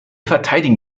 verteidigen